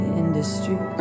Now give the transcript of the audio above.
industry